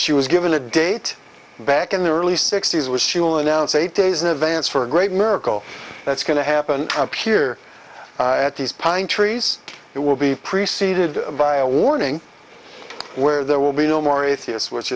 she was given a date back in the early sixty's which she will announce eight days in advance for a great miracle that's going to happen appear at these pine trees it will be preceded by a warning where there will be no more atheists which